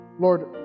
Lord